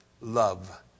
love